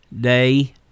Day